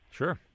sure